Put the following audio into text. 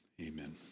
Amen